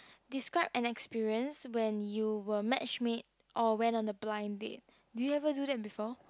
describe an experience when you were match made or went on a blind date do you ever do that before